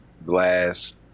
blast